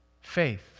faith